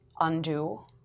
undo